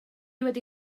wedi